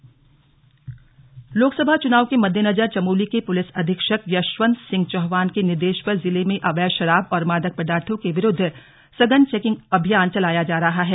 slug शराब तस्कर गिरफ्तार लोकसभा चुनावों के मद्देनजर चमोली के पुलिस अधीक्षक यशंवत सिंह चौहान के निर्देश पर जिले में अवैध शराब और मादक पदार्थों के विरुद्व सघन चौकिंग अभियान चलाया जा रहा है